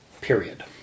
period